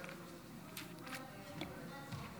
אינו נוכח,